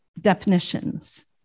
definitions